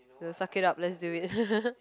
the suck it up let's do it